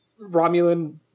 Romulan